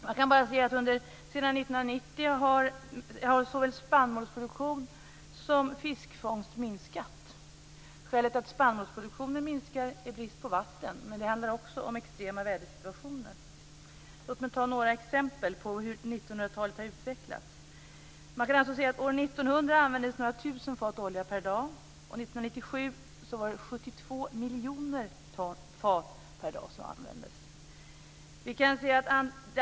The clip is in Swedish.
Man kan se att sedan 1990 har såväl spannmålsproduktion som fiskfångst minskat. Skälet till att spannmålsproduktionen minskar är brist på vatten, men det handlar också om extrema vädersituationer. Låt mig ta några exempel på hur 1900-talet har utvecklats. År 1900 användes några tusen fat olja per dag, och 1997 var det 72 miljoner fat per dag som användes.